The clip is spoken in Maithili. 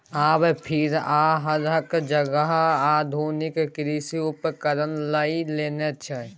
आब फार आ हरक जगह आधुनिक कृषि उपकरण लए लेने छै